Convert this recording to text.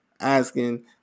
asking